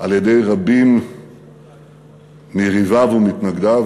על-ידי רבים מיריביו וממתנגדיו,